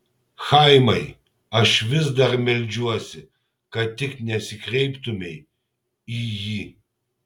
chaimai aš vis dar meldžiuosi kad tik nesikreiptumei į jį